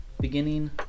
beginning